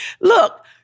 Look